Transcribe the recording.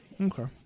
Okay